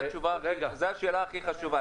זו השאלה הכי חשובה.